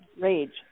rage